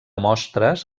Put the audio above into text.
mostres